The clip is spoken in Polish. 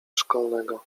szkolnego